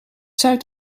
zuid